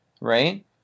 right